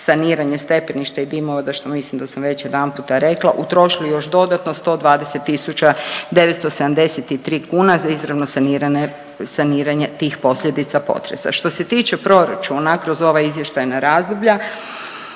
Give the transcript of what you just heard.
saniranje stepeniša i dimovoda, što mislim da sam već jedanputa rekla, utrošili još dodatno 120 tisuća 973 kune za izravno sanirane, saniranje tih posljedica potresa. Što se tiče proračuna kroz ova izvještajna razdoblja